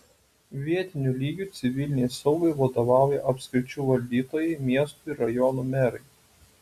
vietiniu lygiu civilinei saugai vadovauja apskričių valdytojai miestų ir rajonų merai